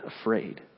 afraid